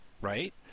right